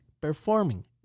performing